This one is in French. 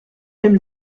aime